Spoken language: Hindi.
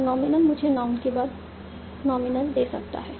और नॉमिनल मुझे नाउन के बाद नॉमिनल दे सकता है